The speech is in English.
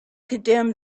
condemned